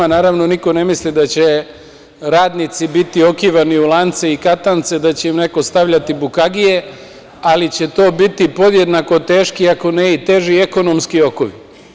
Naravno, niko ne misli da će radnici biti okivani u lance i katance, da će im neko stavljati bukagije, ali će to biti podjednako teški, ako ne i teži ekonomski okovi.